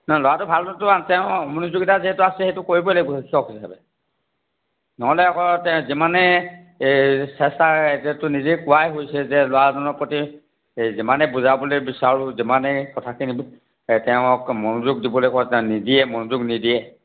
নাই ল'ৰাটো ভালটোতো তেওঁৰ মনোযোগিতা যিহেতু আছে সেইটো কৰিবই লাগিব শিক্ষক হিচাপে নহ'লে আকৌ তেওঁ যিমানে এই চেষ্টাৰ আইডিয়াটো নিজে কোৱাই হৈছে যে ল'ৰাজনৰ প্ৰতি যিমানে বুজাবলৈ বিচাৰোঁ যিমানেই কথাখিনি তেওঁক মনোযোগ দিবলৈ কওঁ তেওঁ নিদিয়ে মনোযোগ নিদিয়ে